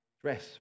Dress